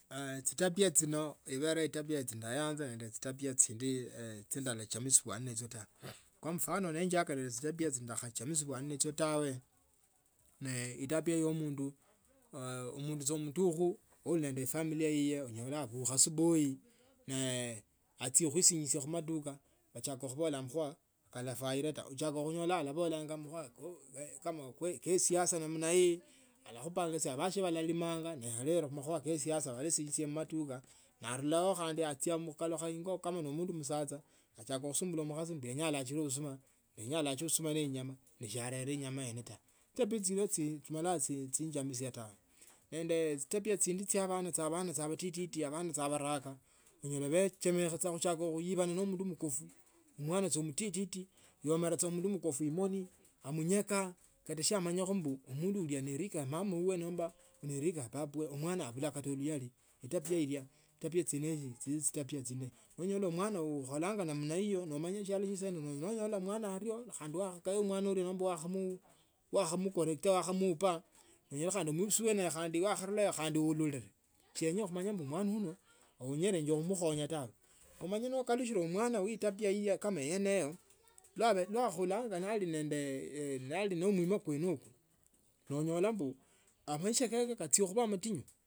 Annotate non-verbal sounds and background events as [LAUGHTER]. [HESITATION] chitabia chino chibele chitabia chia ndayanzi a nonde chitabia chindi chia ndachelebusia toa kwa myano nenyaka chitabia sia ndakha chalubisiya tawe ne etabia ya omundu omundu saa omutukhu oli nonde efamily yiye onyola abukha asubuhi ne achia khuisinjia mumaduva bachaka khubola amakhuwa kalafwile taa ochaka khunyola alabolanga amakhuwa kama ke siasa namna hii alakhupanga nibasie balalimanga ne abele khu makhuwa ke siasa wasinjile mmachuka nanialao khandi akalukha ingo kama nomundu musacha achaka khusumbula mkhasi yenya alachile busuma yenya alachile busuma ne inyama ne shianere enyama yenyeo taa. Chitabia hondi chia abana batiti sia abaraka bachame saa khuchaka khuiba no mundu mkofu omwana sa omutiti yomere saa mundu mkufu mmoni amunyeka kata sa amanyilekho mbu mundu uno nerika ya mama wawe nomba nerika ya papa wawe omwana abula kata uluyali etabia ilya etabia chiene hicho si chili chitubia chibi. Nonyola mwana ukholanga namna hiyo nomanya esialo sa saino nonyola omwana ario newakhakoiya mwana ario wakhumucorrect wakhamwa nonyola khandi muibisi wewe khandi wakharulao khandi urule siyenya khumanya mbu mwanu wewe uenyelenge khumukhonya tawe umanye nokalusile omwana we tabia iyi etabia kama yeneyo nokhulanga noli nende bulano nali nende mwima kwene uku nonyola imbu amaisha kake kachie khuba amatinyo.